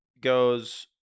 goes